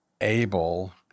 able